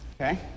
Okay